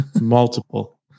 Multiple